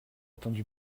attendu